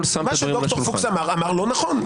מה שדוקטור פוקס אמר אמר לא נכון.